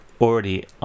already